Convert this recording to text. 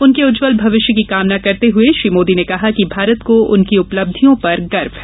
उनके उज्जवल भविष्य की कामना करते हुए श्री मोदी ने कहा कि भारत को उनकी उंपलब्धियों पर गर्व है